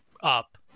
up